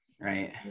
Right